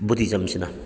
ꯕꯨꯗꯤꯖꯝꯁꯤꯅ